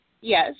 Yes